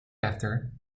after